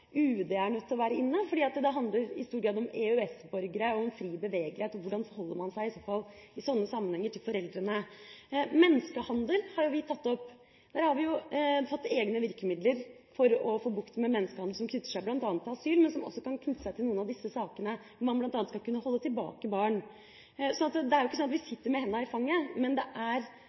UD er nødt til å være inne, fordi det i stor grad handler om EØS-borgere og fri bevegelighet, og om hvordan man i slike sammenhenger forholder seg til foreldrene. Menneskehandel har vi tatt opp. Der har vi hatt egne virkemidler for å få bukt med menneskehandel som knytter seg bl.a. til asyl, men som også kan knytte seg til noen av disse sakene ved at man bl.a. skal kunne holde tilbake barn. Så det er jo ikke slik at vi sitter med hendene i fanget, men det er